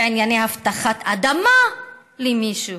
גם בענייני הבטחת אדמה למישהו,